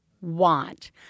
want